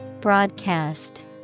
Broadcast